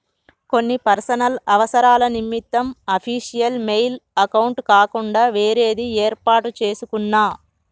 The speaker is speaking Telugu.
కొన్ని పర్సనల్ అవసరాల నిమిత్తం అఫీషియల్ మెయిల్ అకౌంట్ కాకుండా వేరేది యేర్పాటు చేసుకున్నా